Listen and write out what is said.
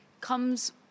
comes